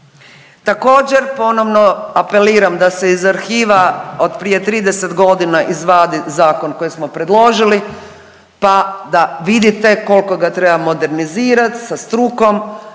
Također ponovno apeliram da se iz arhiva od prije 30 godina izvadi zakon koji smo predložili, pa da vidite koliko ga treba modernizirati sa strukom.